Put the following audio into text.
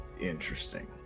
Interesting